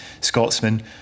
Scotsman